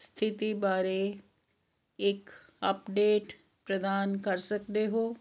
ਸਥਿਤੀ ਬਾਰੇ ਇੱਕ ਅਪਡੇਟ ਪ੍ਰਦਾਨ ਕਰ ਸਕਦੇ ਹੋ